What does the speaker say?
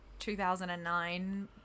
2009